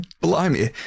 blimey